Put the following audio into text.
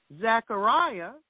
Zechariah